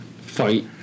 fight